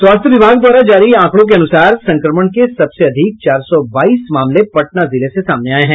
स्वास्थ्य विभाग द्वारा जारी आंकड़ो के अनुसार संक्रमण के सबसे अधिक चार सौ बाईस मामले पटना जिले से सामने आये हैं